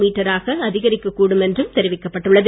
மீட்டராக அதிகரிக்க கூடும் என்றும் தெரிவிக்கப் பட்டுள்ளது